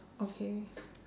okay